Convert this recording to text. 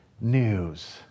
news